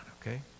okay